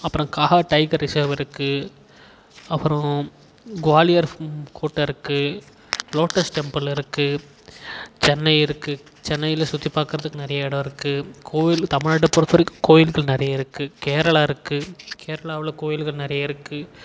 அப்புறம் Kanha tiger reserve இருக்குது அப்புறம் குவாலியர் ஃபு கோட்டை இருக்குது லோட்டஸ் டெம்பிள் இருக்குது சென்னை இருக்குது சென்னையில் சுற்றிப் பார்க்கறதுக்கு நிறைய இடம் இருக்குது கோயில் தமிழ்நாட்டை பொறுத்த வரைக்கும் கோயில்கள் நிறைய இருக்குது கேரளா இருக்குது கேரளாவில் கோயில்கள் நிறைய இருக்குது